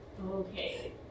okay